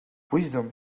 wisdom